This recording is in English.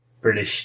British